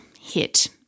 hit